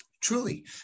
Truly